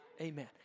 Amen